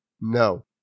No